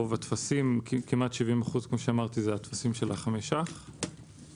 רוב הטפסים, כמעט 70%, הם של 5 שקלים.